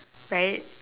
right